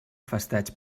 festeig